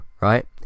Right